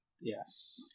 Yes